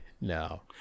No